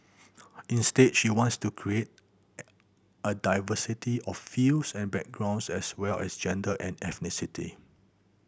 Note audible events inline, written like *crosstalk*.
instead she wants to create *unintelligible* a diversity of fields and backgrounds as well as gender and ethnicity